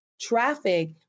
traffic